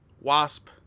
Wasp